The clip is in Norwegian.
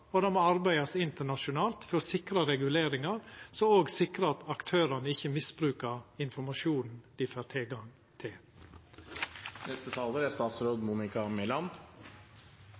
og det må arbeidast internasjonalt for å sikra reguleringar som òg sikrar at aktørar ikkje misbruker informasjon dei får tilgang